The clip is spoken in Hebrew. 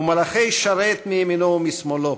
ומלאכי שרת מימינו ומשמאלו.